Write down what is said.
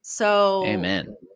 Amen